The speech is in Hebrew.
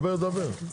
דבר, דבר.